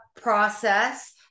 process